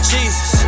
Jesus